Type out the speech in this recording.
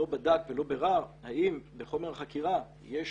לא בדק ולא בירר האם בחומר החקירה יש